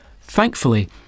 Thankfully